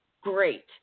great